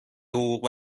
حقوق